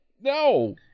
No